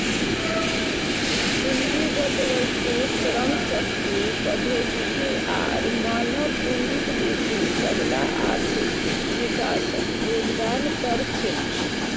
पूंजीगत वस्तु, श्रम शक्ति, प्रौद्योगिकी आर मानव पूंजीत वृद्धि सबला आर्थिक विकासत योगदान कर छेक